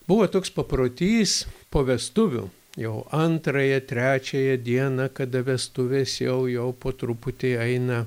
buvo toks paprotys po vestuvių jau antrąją trečiąją dieną kada vestuvės jau jau po truputį eina